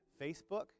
Facebook